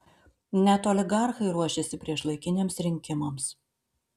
net oligarchai ruošiasi priešlaikiniams rinkimams